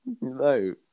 No